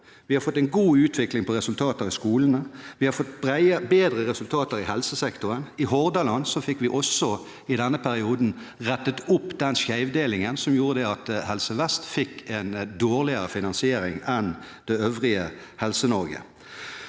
vi har fått en god utvikling på resultater i skolene, vi har fått bedre resultater i helsesektoren. I Hordaland fikk vi også i denne perioden rettet opp den skjevdelingen som gjorde at Helse Vest fikk en dårligere finansiering enn det øvrige Helse-Norge.